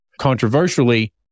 Controversially